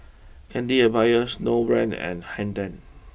Candy Empire Snowbrand and Hang ten